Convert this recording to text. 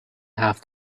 half